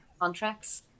contracts